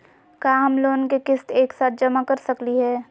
का हम लोन के किस्त एक साथ जमा कर सकली हे?